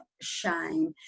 shame